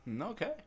Okay